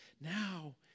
Now